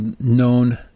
known